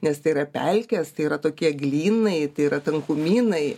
nes tai yra pelkės tai yra tokie eglynai tai yra tankumynai